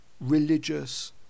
religious